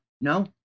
No